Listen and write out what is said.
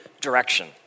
direction